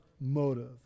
motive